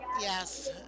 Yes